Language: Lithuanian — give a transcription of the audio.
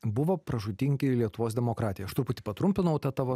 buvo pražūtingi ir lietuvos demokratijai aš truputį patrumpinau tą tavo